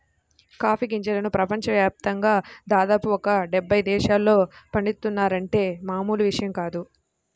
coffee గింజలను ప్రపంచ యాప్తంగా దాదాపు ఒక డెబ్బై దేశాల్లో పండిత్తున్నారంటే మామూలు విషయం కాదు